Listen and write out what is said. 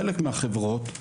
חלק מהחברות,